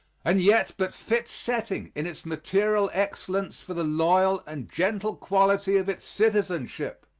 and yet but fit setting in its material excellence for the loyal and gentle quality of its citizenship.